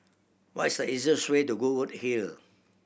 what is the easiest way to Goodwood Hill